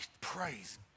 praise